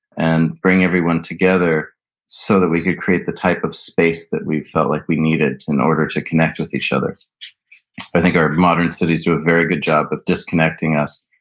and bring everyone together so that we could create the type of space that we felt like we needed in order to connect with each other i think our modern cities do a very good job of disconnecting us,